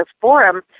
forum